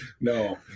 no